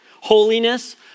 Holiness